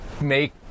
make